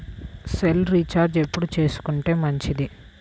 Cell recharge ఎప్పుడు చేసుకొంటే మంచిది?